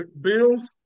Bills